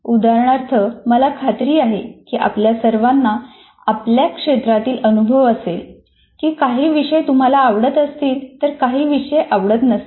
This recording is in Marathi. उदाहरणार्थ मला खात्री आहे की आपल्या सर्वांना आपल्या क्षेत्रातील अनुभव असेल की काही विषय तुम्हाला आवडत असतील तर काही विषय आवडत नसतील